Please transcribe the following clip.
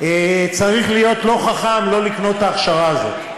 צריך להיות לא חכם שלא לקנות את האכשרה הזאת.